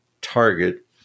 target